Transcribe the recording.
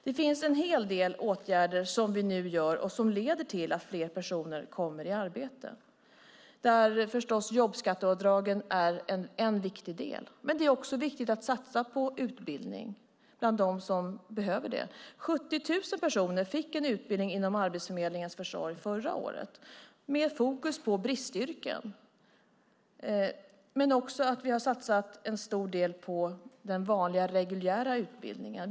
Det finns en hel del åtgärder som vi nu vidtar och som leder till att fler personer kommer i arbete. Där är förstås jobbskatteavdragen en viktig del. Men det är också viktigt att satsa på utbildning av dem som behöver det. 70 000 personer fick en utbildning genom Arbetsförmedlingens försorg förra året, med fokus på bristyrken. Vi har också satsat en stor del på den vanliga, reguljära utbildningen.